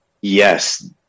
yes